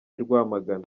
rwamagana